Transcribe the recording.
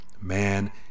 man